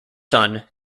son